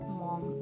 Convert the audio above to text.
mom